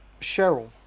Cheryl